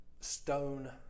stone